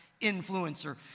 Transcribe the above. influencer